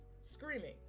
screaming